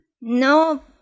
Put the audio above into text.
No